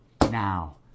now